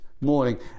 morning